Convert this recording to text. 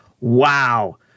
Wow